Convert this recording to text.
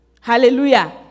Hallelujah